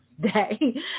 day